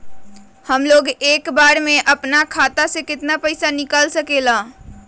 हमलोग एक बार में अपना खाता से केतना पैसा निकाल सकेला?